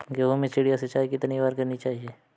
गेहूँ में चिड़िया सिंचाई कितनी बार करनी चाहिए?